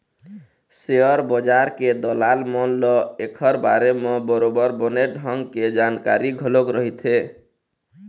share बजार के दलाल मन ल ऐखर बारे म बरोबर बने ढंग के जानकारी घलोक रहिथे